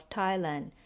Thailand